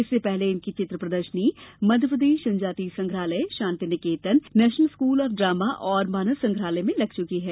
इससे पहले इनकी चित्र प्रदर्शनी मध्यप्रदेश जनजातीय संग्रहालय Shantiniketan National School of Drama और मानव संग्रहालय में लग चुकी है